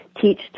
teach